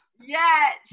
Yes